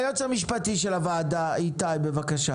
היועץ המשפטי של הוועדה, איתי, בבקשה.